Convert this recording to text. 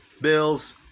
Bill's